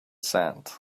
sand